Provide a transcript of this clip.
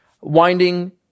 winding